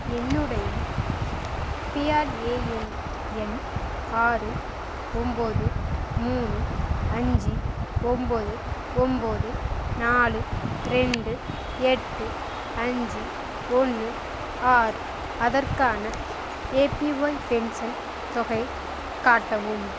என்னுடைய பிஆர்ஏஎன் எண் ஆறு ஒம்பது மூணு அஞ்சு ஒம்பது ஒம்பது நாலு ரெண்டு எட்டு அஞ்சு ஒன்று ஆறு அதற்கான ஏபிஒய் பென்ஷன் தொகையைக் காட்டவும்